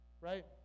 Right